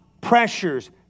pressures